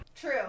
true